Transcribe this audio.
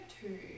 two